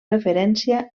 referència